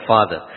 Father